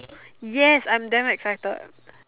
yes I'm damn excited